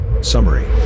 Summary